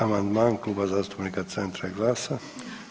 80. amandman Kluba zastupnika Centra i GLAS-a.